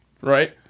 right